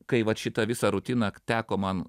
kai vat šitą visą rutiną teko man